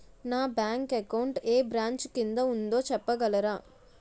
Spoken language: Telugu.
నా బ్యాంక్ అకౌంట్ ఏ బ్రంచ్ కిందా ఉందో చెప్పగలరా?